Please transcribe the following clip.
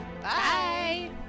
Bye